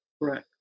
Right